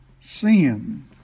sin